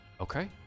Okay